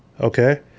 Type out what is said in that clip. Okay